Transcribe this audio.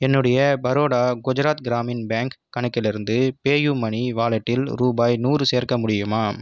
என்னுடைய பரோடா குஜராத் கிராமின் பேங்க் கணக்கிலிருந்து பேயூமனி வாலெட்டில் ரூபாய் நூறு சேர்க்க முடியுமா